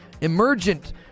emergent